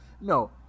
No